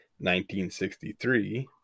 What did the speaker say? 1963